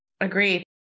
Agreed